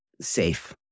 safe